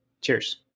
cheers